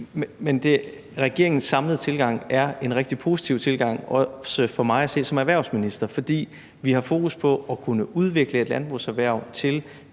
Regeringens samlede tilgang er en rigtig positiv tilgang, også for mig at se, som erhvervsminister. For vi har fokus på at kunne udvikle et landbrugserhverv til